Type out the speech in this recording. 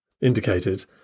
indicated